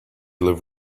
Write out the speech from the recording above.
live